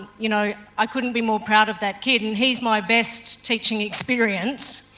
you know i couldn't be more proud of that kid and he's my best teaching experience.